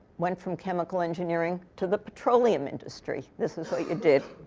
went from chemical engineering to the petroleum industry this is what you did.